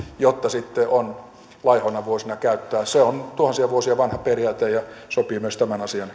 jotta sitten on laihoina vuosina käyttää se on tuhansia vuosia vanha periaate ja sopii myös tämän asian